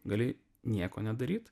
gali nieko nedaryt